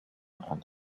and